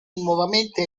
nuovamente